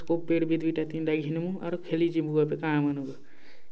scope bat ବି ଦୁଇ'ଟା ତିନ୍'ଟା ଘିନ୍ମୁ ଆର୍ ଖେଲିଯିମୁ ଏବେ ଗାଁ ମାନ୍କେ